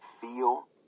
feel